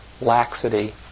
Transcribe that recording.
laxity